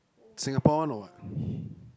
Singapore no what